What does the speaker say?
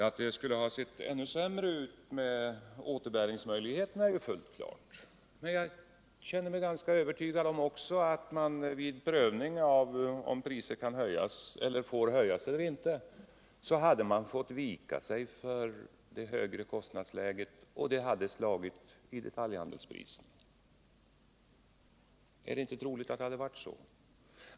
Att återbäringsmöjligheterna då hade blivit ännu sämre är fullt klart. Jag känner mig också ganska övertygad om att man vid prövning av om priserna får höjas eller inte då hade måst böja sig för det högre kostnadsläget, och det hade alltså slagit igenom i detaljhandelspriserna. Är det inte troligt att det hade blivit fallet?